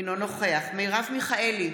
אינו נוכח מרב מיכאלי,